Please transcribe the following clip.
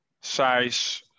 size